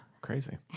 crazy